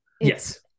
yes